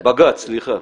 בג"צ, סליחה.